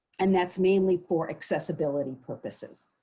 and that's mainly for accessibility purposes.